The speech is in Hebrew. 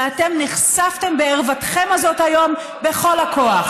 ואתם נחשפתם בערוותכם הזאת היום בכל הכוח.